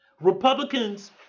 Republicans